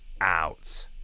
out